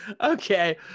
Okay